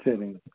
சரிங்க